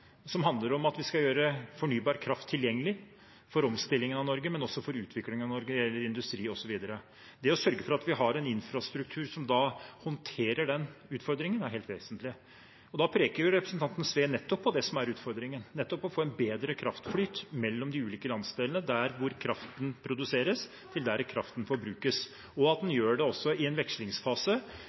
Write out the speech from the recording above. som handler om at vi skal gjøre fornybar kraft tilgjengelig for omstillingen av Norge, men også for utviklingen av Norge når det gjelder industri osv. Det å sørge for at vi har en infrastruktur som håndterer den utfordringen, er helt vesentlig. Representanten Sve peker nettopp på det som er utfordringen, å få en bedre kraftflyt mellom de ulike landsdelene, fra der hvor kraften produseres, til der kraften forbrukes, og at en også gjør det i en vekslingsfase.